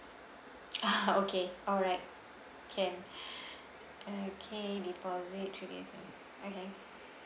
okay alright can okay deposit three days okay